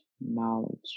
Knowledge